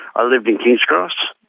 ah lived in king's cross,